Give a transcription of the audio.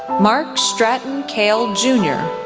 mark stratton kale jr,